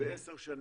לעשר שנים.